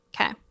Okay